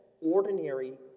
ordinary